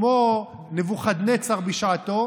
כמו נבוכדנצר בשעתו,